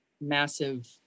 massive